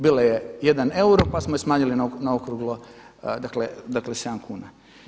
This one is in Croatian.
Bila je jedan euro pa smo je smanjili na okruglo, dakle 7 kuna.